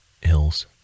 hills